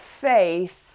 faith